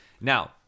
Now